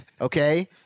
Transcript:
Okay